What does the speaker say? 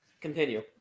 Continue